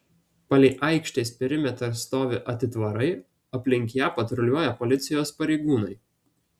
palei aikštės perimetrą stovi atitvarai aplink ją patruliuoja policijos pareigūnai